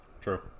True